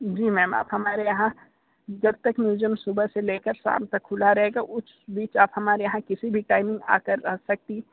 जी ma'am आप हमारे यहाँ जब तक म्यूजियम सुबह से लेकर शाम तक खुला रहेगा उस बीच आप हमारे यहाँ किसी भी टाइमिंग आकर रह सकती